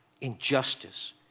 injustice